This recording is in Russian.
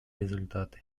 результаты